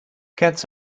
cats